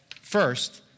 first